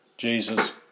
Jesus